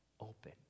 open